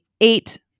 eight